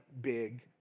big